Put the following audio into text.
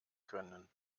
können